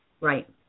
Right